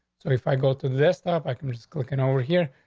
so if i go to the desktop, like um just click in over here,